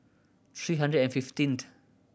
three hundred and fifteenth